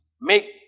make